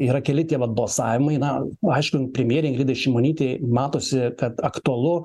yra keli tie vat balsavimai na aišku premjerei ingridai šimonytei matosi kad aktualu